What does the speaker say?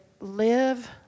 live